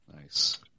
Nice